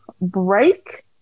break